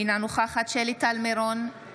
אינה נוכחת שלי טל מירון,